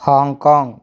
Hong Kong